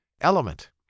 element